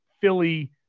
Philly